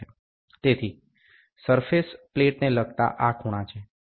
તેથી સરફેસ પ્લેટને લગતા આ ખૂણા છે